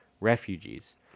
refugees